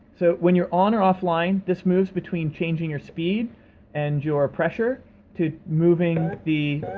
so, when you're on or offline, this moves between changing your speed and your pressure to moving the